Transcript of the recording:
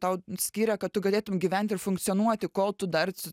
tau skiria kad tu galėtum gyventi ir funkcionuoti kol tu dar su